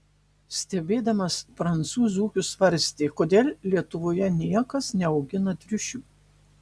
stebėdamas prancūzų ūkius svarstė kodėl lietuvoje niekas neaugina triušių